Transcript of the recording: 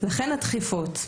לכן הדחיפות.